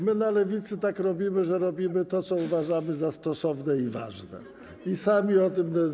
My na Lewicy tak robimy, że robimy to, co uważamy za stosowne i ważne, i sami o tym decydujemy.